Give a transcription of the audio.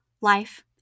life